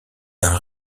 d’un